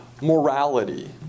morality